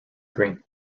green